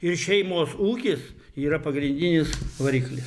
ir šeimos ūkis yra pagrindinis variklis